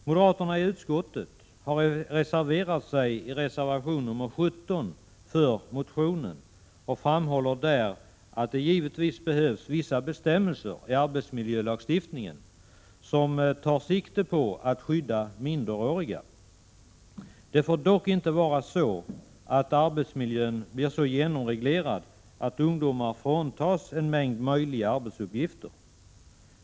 Moderaterna i utskottet har reserverat sig i reservation nr 17 till förmån för motionen och framhåller där att det givetvis behövs vissa bestämmelser i arbetsmiljölagstiftningen som tar sikte på att skydda minderåriga. Det får dock inte vara så, att arbetsmiljön blir så genomreglerad att ungdomar fråntas en mängd möjliga arbetsuppgifter.